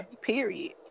Period